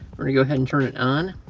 we're gonna go ahead and turn it on.